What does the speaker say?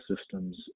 systems